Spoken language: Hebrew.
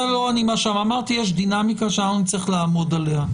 אמרתי שיש דינמיקה שאנחנו נצטרך לעמוד עליה,